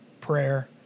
prayer